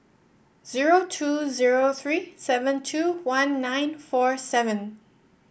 zero two zero three seven two one nine four seven